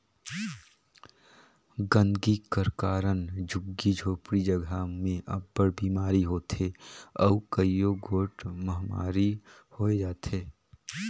गंदगी कर कारन झुग्गी झोपड़ी जगहा में अब्बड़ बिमारी होथे अउ कइयो गोट महमारी होए जाथे